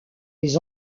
les